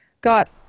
got